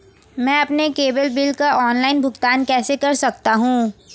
मैं अपने cable bill का ऑनलाइन भुगतान कैसे कर सकता हूं?